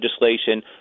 legislation